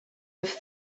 have